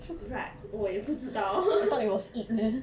right 我也不知道